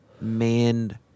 man